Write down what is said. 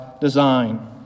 design